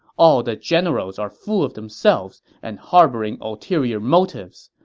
all the generals are full of themselves and harboring ulterior motives.